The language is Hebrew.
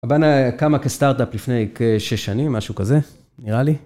הבאנה קמה כסטארט-אפ לפני כשש שנים, משהו כזה, נראה לי.